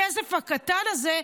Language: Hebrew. הכסף הקטן הזה,